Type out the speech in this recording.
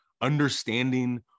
understanding